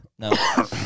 No